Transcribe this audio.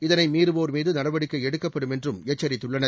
இதனை மீறுவோர்மீது நடவடிக்கை எடுக்கப்படும் என்றும் எச்சரித்துள்ளனர்